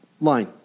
line